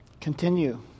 Continue